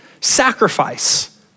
sacrifice